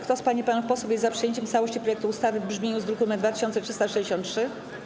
Kto z pań i panów posłów jest za przyjęciem w całości projektu ustawy w brzmieniu z druku nr 2363?